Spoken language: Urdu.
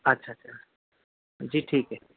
اچھا اچھا جی ٹھیک ہے